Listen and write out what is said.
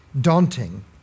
daunting